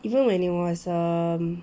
even when it was um